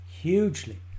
hugely